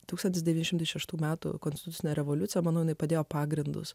tūkstantis devyni šimtai šeštų metų konstitucine revoliucija malūnai padėjo pagrindus